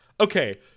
Okay